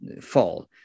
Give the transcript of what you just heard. fall